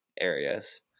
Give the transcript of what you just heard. areas